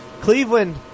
Cleveland